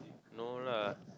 no lah